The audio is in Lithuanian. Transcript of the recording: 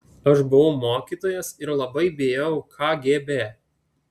aš buvau mokytojas ir labai bijojau kgb